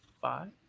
Five